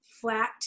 flat